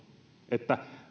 eli